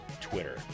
Twitter